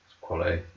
quality